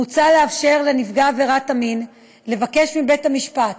מוצע לאפשר לנפגע עבירת מין לבקש מבית-המשפט